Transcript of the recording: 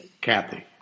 Kathy